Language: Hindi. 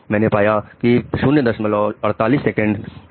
मैंने पाया यह 048 सेकेंड्स है